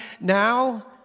now